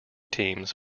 teams